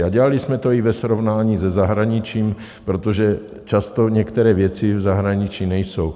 A dělali jsme to i ve srovnání se zahraničím, protože často některé věci v zahraničí nejsou.